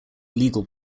legal